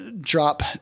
drop